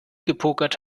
gepokert